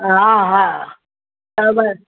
हा हा बराबरि